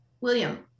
William